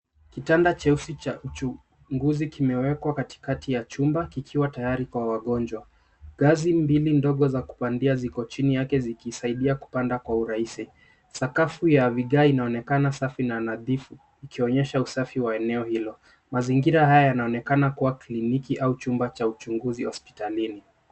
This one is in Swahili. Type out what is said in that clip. Kitanda cheusi cha uchunguzi kimewekwa katikati ya chumba kikiwa tayari kwa wagonjwa. Ngazi mbili ndogo za kupandia ziko chini yake zikisaidia kupanda kwa urahisi. Sakafu ya vigae inaonekana safi na nadhifu ikionyesha usafi wa eneo hilo. Mazingira haya yanaonekana kuwa kliniki au chumba cha uchunguzi hospitalini.